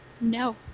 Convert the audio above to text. No